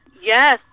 Yes